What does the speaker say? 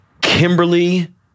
Kimberly